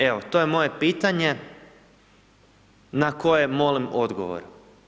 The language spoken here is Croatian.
Evo to je moje pitanje na koje molim odgovor.